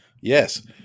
Yes